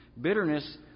Bitterness